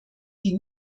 die